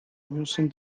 müssen